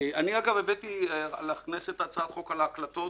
אגב הבאתי לכנסת הצעת חוק על ההקלטות,